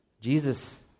Jesus